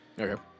Okay